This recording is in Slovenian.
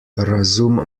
razum